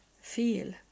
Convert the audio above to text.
feel